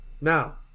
Now